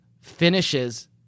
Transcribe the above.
finishes